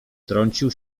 wtrącił